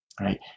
right